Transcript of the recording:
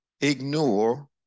ignore